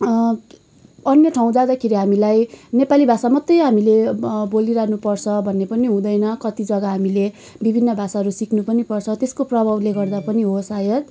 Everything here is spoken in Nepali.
अन्य ठाउँ जाँदाखेरि हामीलाई नेपाली भाषा मात्रै हामीले बोलिरहनुपर्छ भन्ने पनि हुँदैन कति जग्गा हामीले विभिन्न भाषाहरू सिक्नु पनि पर्छ त्यसको प्रभावले गर्दा पनि हो सायद